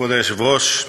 כבוד היושב-ראש,